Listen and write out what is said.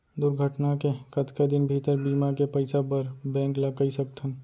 दुर्घटना के कतका दिन भीतर बीमा के पइसा बर बैंक ल कई सकथन?